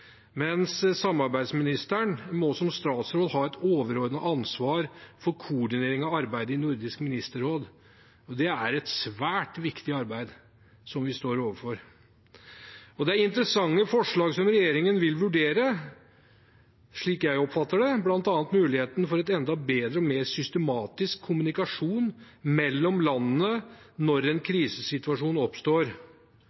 samarbeidsministeren må som statsråd ha et overordnet ansvar for koordineringen av arbeidet i Nordisk ministerråd. Det er et svært viktig arbeid vi står overfor. Det er interessante forslag som regjeringen vil vurdere, slik jeg oppfatter det, bl.a. muligheten for en enda bedre og mer systematisk kommunikasjon mellom landene når en